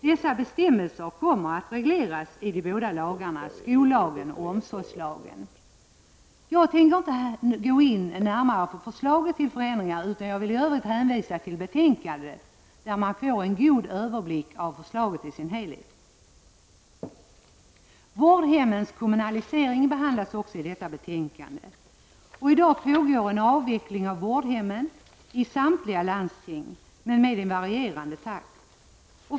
Dessa bestämmelser kommer att regleras i de båda lagarna, dvs. skollagen och omsorgslagen. Jag tänker inte nu gå närmare in på förslaget till förändringar, utan jag vill i övrigt hänvisa till betänkandet där man får en god överblick över förslaget i sin helhet. I detta betänkande behandlas även frågan om vårdhemmens kommunalisering. I dag pågår i samtliga landsting en avveckling av vårdhemmen, men den sker i varierande takt.